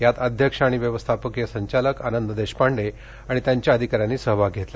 यात अध्यक्ष आणि व्यवस्थापकीय संचालक आनंद देशपांडे आणि त्यांच्या अधिकाऱ्यांनी सहभाग घेतला